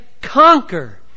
conquer